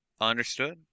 Understood